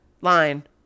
Line